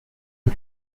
que